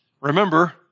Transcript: remember